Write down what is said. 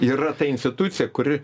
yra ta institucija kuri